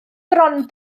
bron